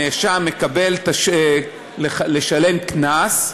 הנאשם מקבל לשלם קנס,